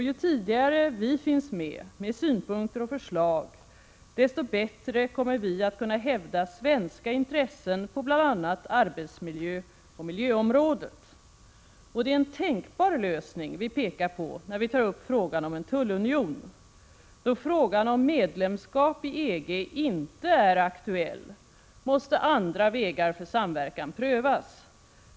Ju tidigare vi finns med, med synpunkter och förslag, desto bättre kommer vi att kunna hävda svenska intressen på bl.a. miljöoch arbetsmiljöområdet. Det är en tänkbar lösning vi pekar på när vi tar upp frågan om en tullunion. Då frågan om medlemskap i EG inte är aktuell, måste andra vägar för samverkan prövas.